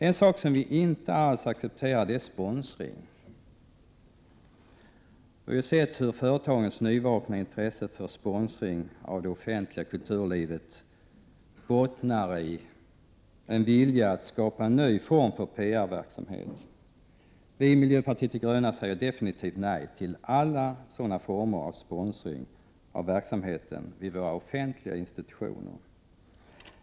En sak som vi inte alls accepterar är sponsringen. Företagens nyvakna intresse för sponsring av det offentliga kulturlivet bottnar bara i en vilja att skapa en ny form av PR-verksamhet. Vi i miljöpartiet de gröna säger definitivt nej till alla former av sponsring av verksamheten vid våra offentliga institutioner.